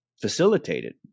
facilitated